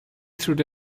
through